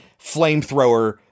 flamethrower